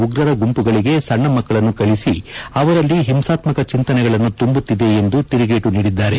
ಉಗ್ರರ ಗುಂಪುಗಳಿಗೆ ಸಣ್ಣ ಮಕ್ಕಳನ್ನು ಕಳಿಸಿ ಅವರಲ್ಲಿ ಹಿಂಸಾತ್ಮಕ ಚಿಂತನೆಗಳನ್ನು ತುಂಬುತ್ತಿದೆ ಎಂದು ತಿರುಗೇಟು ನೀಡಿದ್ದಾರೆ